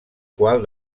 qual